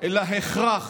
אלא הכרח